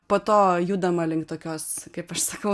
po to judama link tokios kaip aš sakau